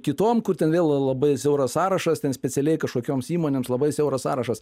kitom kur ten vėl labai siauras sąrašas ten specialiai kažkokioms įmonėms labai siauras sąrašas